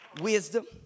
wisdom